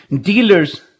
dealers